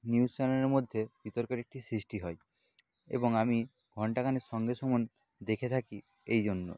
news চ্যানেলের মধ্যে বিতর্কের একটি সৃষ্টি হয় এবং আমি ঘন্টা খানেক সঙ্গে সুমন দেখে থাকি এই জন্য